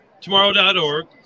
Tomorrow.org